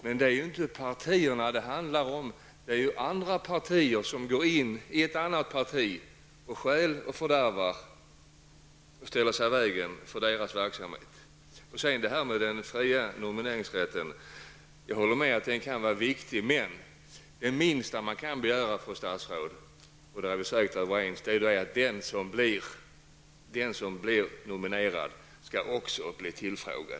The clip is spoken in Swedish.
Men det är ju inte partierna det handlar om, utan det är fråga om att andra partier går in i vissa partier och stjäl, fördärvar och ställer sig i vägen för partiets verksamhet. Jag håller med om att den fria nomineringsrätten kan vara viktig, men det minsta man kan begära, fru statsråd, är väl att den som blir nominerad också skall bli tillfrågad. På den punkten är vi säkert överens.